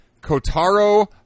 Kotaro